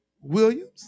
Williams